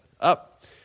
up